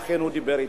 אכן הוא דיבר אתם.